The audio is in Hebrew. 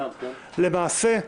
למעשה,